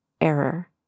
error